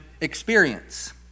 experience